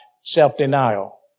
self-denial